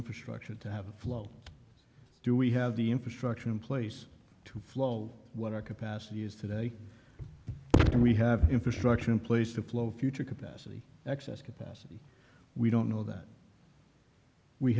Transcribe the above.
infrastructure to have a flow do we have the infrastructure in place to flow what our capacity is today and we have infrastructure in place to flow future capacity excess capacity we don't know that we